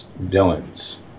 villains